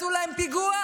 עשו להם פיגוע.